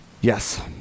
Yes